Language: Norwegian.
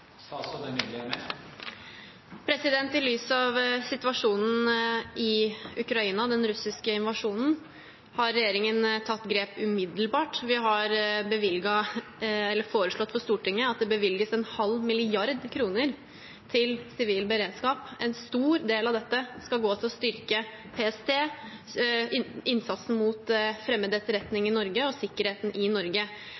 I lys av situasjonen i Ukraina, den russiske invasjonen, har regjeringen tatt grep umiddelbart. Vi har foreslått for Stortinget at det bevilges en halv milliard kroner til sivil beredskap. En stor del av dette skal gå til å styrke PST, innsatsen mot fremmed etterretning